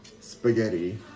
Spaghetti